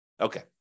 Okay